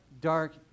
dark